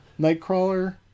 Nightcrawler